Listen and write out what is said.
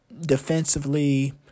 defensively